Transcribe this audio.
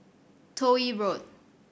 Toh Yi Road